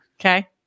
Okay